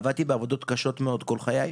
עבדתי בעבודות קשות מאוד כל חיי,